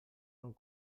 non